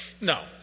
No